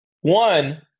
one